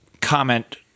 comment